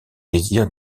désir